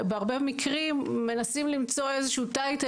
בהרבה מקרים מנסים למצוא איזשהו שם לתפקיד,